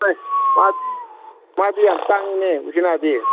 ꯑꯦ ꯃꯥꯗꯤ ꯃꯥꯗꯤ ꯌꯥꯝ ꯇꯥꯡꯉꯤꯅꯦ ꯎꯆꯤꯅꯥꯗꯤ